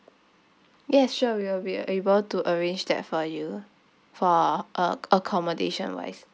yes sure we will be able to arrange that for you for uh accommodation wise